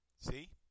See